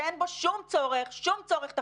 שאין בו שום צורך תחבורתי,